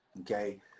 okay